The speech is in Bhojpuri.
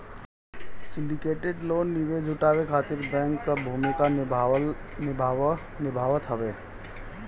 सिंडिकेटेड लोन निवेश जुटावे खातिर बैंक कअ भूमिका निभावत हवे